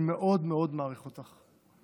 אני מאוד מאוד מעריך אותך.